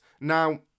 Now